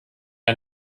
der